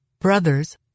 Brothers